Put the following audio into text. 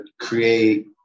create